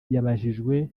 yabajijwe